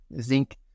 zinc